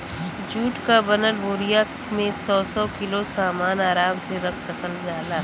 जुट क बनल बोरिया में सौ सौ किलो सामन आराम से रख सकल जाला